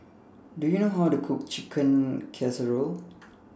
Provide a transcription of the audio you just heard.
Do YOU know How to Cook Chicken Casserole